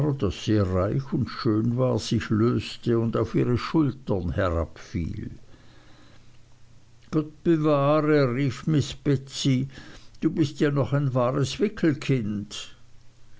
sehr reich und schön war sich löste und auf ihre schultern herabfiel gott bewahre rief miß betsey du bist ja noch ein wahres wickelkind